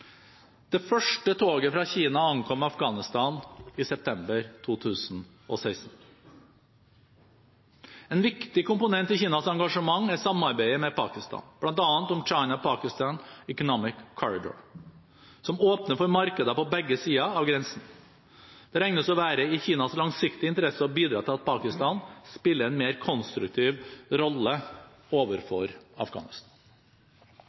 Det første toget fra Kina ankom Afghanistan i september 2016. En viktig komponent i Kinas engasjement er samarbeidet med Pakistan, bl.a. om «China–Pakistan Economic Corridor», som åpner for markeder på begge sider av grensen. Det regnes å være i Kinas langsiktige interesse å bidra til at Pakistan spiller en mer konstruktiv rolle